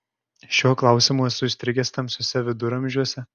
šiuo klausimu esu įstrigęs tamsiuose viduramžiuose